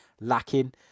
lacking